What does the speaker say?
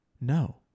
no